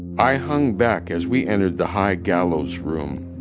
i hung back as we entered the high gallows room.